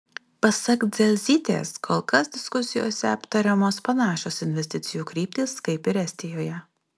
pasak dzelzytės kol kas diskusijose aptariamos panašios investicijų kryptys kaip ir estijoje